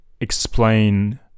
explain